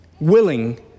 willing